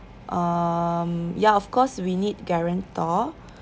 um ya of course we need guarantor